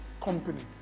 company